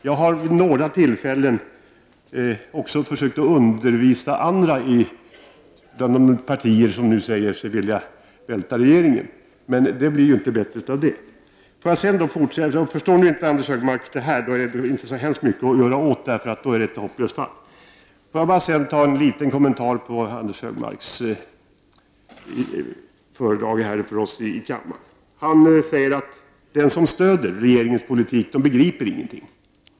Jag har vid några tillfällen försökt att undervisa också andra företrädare för de partier som nu säger sig vilja välta regeringen, men det gör inte saken bättre. Förstår Anders Högmark inte heller det här är det inte så mycket att göra åt — då är han ett hopplöst fall. Låt mig sedan bara göra en liten kommentar till Anders Högmarks föredrag nyss för oss här i kammaren. Han sade att den som stöder regeringens politik inte begriper någonting.